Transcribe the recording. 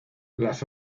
las